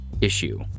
issue